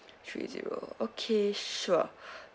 three zero okay sure